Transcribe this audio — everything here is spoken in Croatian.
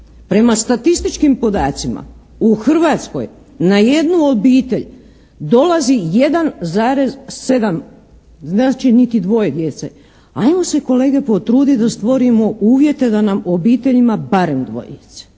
Prema statističkim podacima u Hrvatskoj na jednu obitelj dolazi 1,7, znači niti dvoje djece. Ajmo se, kolege, potruditi da stvorimo uvjete da nam je u obiteljima barem 2 djece.